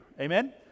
Amen